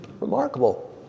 Remarkable